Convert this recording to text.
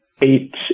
eight